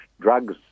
drugs